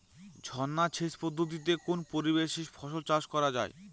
ঝর্না সেচ পদ্ধতিতে কোন পরিবেশে ফসল চাষ করা যায়?